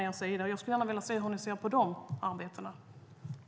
Jag skulle gärna vilja veta hur ni ser på de arbetena.